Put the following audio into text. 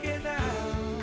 you know